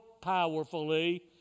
powerfully